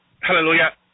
hallelujah